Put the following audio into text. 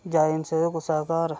जाई नी सकदे हे कुसै दे घर